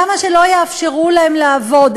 למה שלא יאפשרו להם לעבוד?